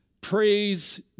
praise